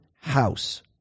house